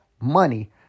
money